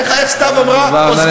איך סתיו אמרה, נא לסיים.